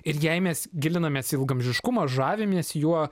ir jei mes gilinamės į ilgaamžiškumą žavimės juo